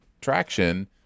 traction